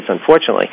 unfortunately